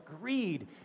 greed